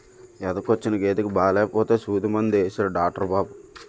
ఎదకొచ్చిన గేదెకి బాలేపోతే సూదిమందు యేసాడు డాట్రు బాబు